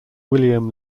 william